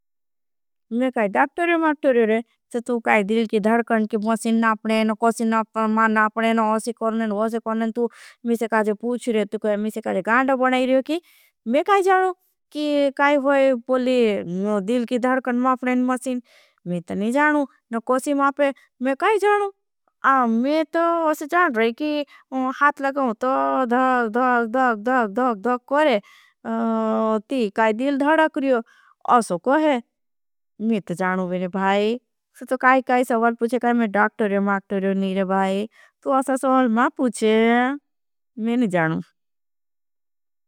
मैं कहा डाक्टोरी मार्टोरी रहे तो तू काई दिल की धड़कन। की मशीन नापने नो कोशी नापने नापने नो आशी करने। नो आशी करने तू मिशे काजे पूछ रहे तू कहा मिशे काजे। गांड़ा बनाई रहे की मैं काई जानू की काई होई बोली। दिल की धड़ा करियो असो कोहे मैं तो जानू बेरे भाई। सब तो काई काई सवल पूछे काई मैं डाक्टोरी मार्टोरी रहे। नहीं रहे भाई तू असा सवल मैं पूछे मैं नहीं जानू।